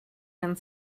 and